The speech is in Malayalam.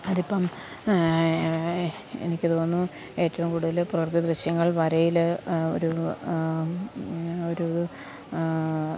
അത് ഇപ്പം എനിക്ക് തോന്നുന്നു ഏറ്റവും കൂടുതൽ പ്രകൃതി ദൃശ്യങ്ങൾ വരയിൽ ഒരു ഒരു